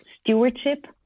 stewardship